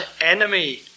enemy